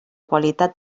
qualitat